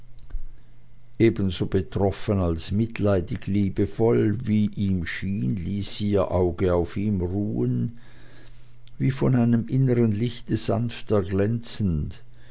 ebenso betroffen als mitleidig liebevoll wie ihm schien ließ sie ihr auge auf ihm ruhen wie von einem innern lichte sanft erglänzend